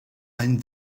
mind